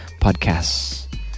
Podcasts